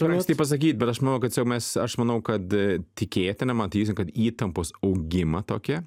turime tai pasakyt bet aš manau kad tiesiog mes aš manau kad tikėtina matysim kad įtampos augimą tokia